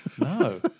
No